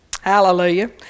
Hallelujah